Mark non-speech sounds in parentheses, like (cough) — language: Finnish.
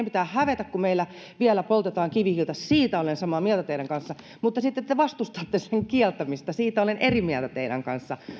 (unintelligible) pitää hävetä kun meillä vielä poltetaan kivihiiltä siitä olen samaa mieltä teidän kanssanne mutta sitten te vastustatte sen kieltämistä siitä olen eri mieltä teidän kanssanne